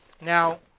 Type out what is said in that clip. Now